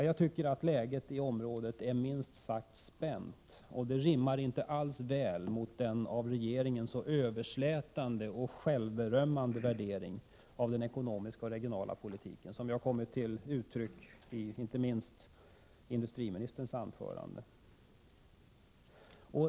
Jag tycker att läget i området är minst sagt spänt, och det rimmar inte alls väl med regeringens så överslätande och självberömmande värdering av den ekonomiska och regionala politiken som har kommit till uttryck i inte minst industriministerns anförande.